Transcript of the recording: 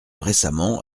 récemment